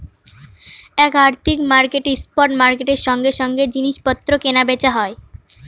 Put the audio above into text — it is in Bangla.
এক আর্থিক মার্কেটে স্পট মার্কেটের সঙ্গে সঙ্গে জিনিস পত্র কেনা বেচা হয়